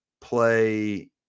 play